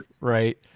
right